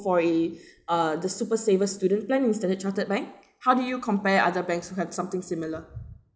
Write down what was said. for a uh the super saver student plan with Standard Chartered bank how do you compare other banks who have something similar